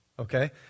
Okay